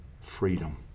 freedom